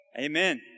amen